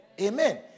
Amen